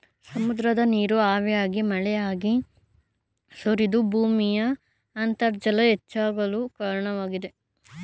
ಸಮುದ್ರದ ನೀರು ಹಾವಿಯಾಗಿ ಮಳೆಯಾಗಿ ಸುರಿದು ಭೂಮಿಯ ಅಂತರ್ಜಲ ಹೆಚ್ಚಾಗಲು ಕಾರಣವಾಗಿದೆ